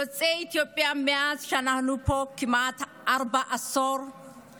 יוצאי אתיופיה, מאז שאנחנו פה, כמעט ארבעה עשורים,